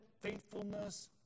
faithfulness